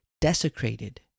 desecrated